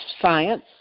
science